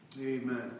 Amen